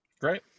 great